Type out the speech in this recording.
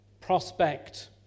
prospect